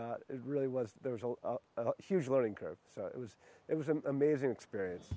but it really was there was a huge learning curve so it was it was an amazing experience